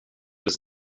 was